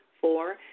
Four